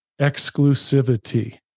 exclusivity